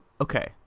okay